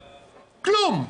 כלום.